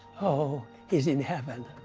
oh, he's in heaven.